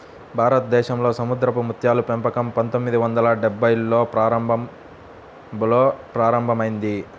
భారతదేశంలో సముద్రపు ముత్యాల పెంపకం పందొమ్మిది వందల డెభ్భైల్లో ప్రారంభంలో ప్రారంభమైంది